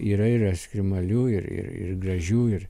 yra ir ekstremalių ir ir ir gražių ir